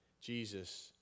Jesus